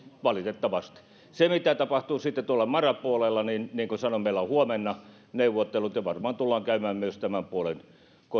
valitettavasti mitä tapahtuu sitten tuolla mara puolella niin niin kuten sanoin meillä on huomenna neuvottelut ja varmaan tullaan käymään myös tämän puolen